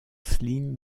slim